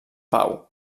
pau